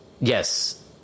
Yes